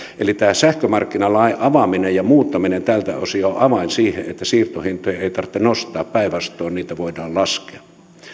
eli tämä sähkömarkkinalain avaaminen ja muuttaminen tältä osin on avain siihen että siirtohintoja ei tarvitse nostaa päinvastoin niitä voidaan laskea